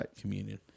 communion